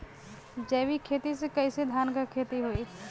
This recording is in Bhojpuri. जैविक खेती से कईसे धान क खेती होई?